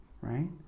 right